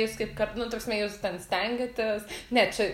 jūs kaip kad nu ta prasme jūs ten stengiatės ne čia